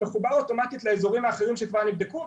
מחובר אוטומטית לאזורים האחרים שכבר נבדקו,